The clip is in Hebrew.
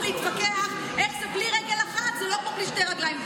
להתווכח איך בלי רגל אחת זה לא כמו בלי שתי רגליים.